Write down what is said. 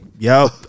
Yo